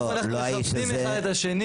א', אנחנו מכבדים אחד את השני.